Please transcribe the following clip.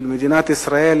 של מדינת ישראל,